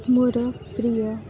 ମୋର ପ୍ରିୟ